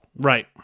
Right